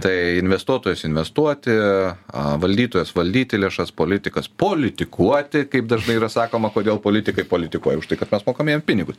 tai investuotojas investuoti a valdytojas valdyti lėšas politikas politikuoti kaip dažnai yra sakoma kodėl politikai politikuoja už tai kad mes mokam jiem pinigus